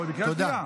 היא בקריאה שנייה.